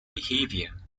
behavior